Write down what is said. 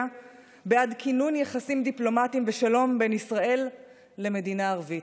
בעד כינון יחסים דיפלומטיים ושלום בין ישראל למדינה ערבית.